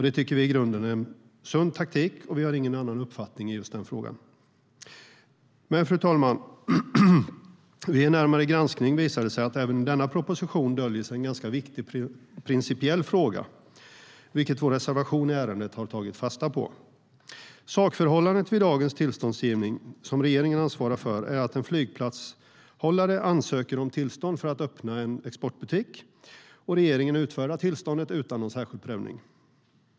Det tycker vi i grunden är en sund taktik, och vi har ingen annan uppfattning i just den frågan. Men, fru talman, vid närmare granskning visar det sig att även i denna proposition döljer sig en viktig principiell fråga, vilket vår reservation i ärendet har tagit fasta på. Sakförhållandet vid dagens tillståndsgivning, som regeringen ansvarar för, är att en flygplatshållare ansöker om tillstånd för att öppna en exportbutik, och regeringen utfärdar tillståndet utan särskild prövning.